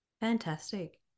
Fantastic